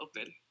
open